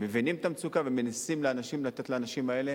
מבינים את המצוקה ומנסים לתת לאנשים האלה